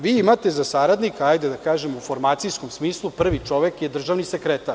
Vi imate za saradnika… da kažem u formacijskom smislu, prvi čovek je državni sekretar.